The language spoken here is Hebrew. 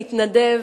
מתנדב,